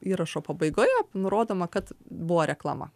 įrašo pabaigoje nurodoma kad buvo reklama